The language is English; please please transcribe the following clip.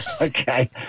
Okay